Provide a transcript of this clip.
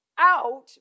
out